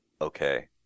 okay